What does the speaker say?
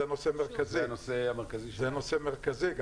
זה נושא מרכזי.